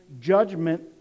Judgment